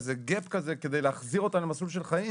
איזה gap כדי להחזיר אותם למסלול של חיים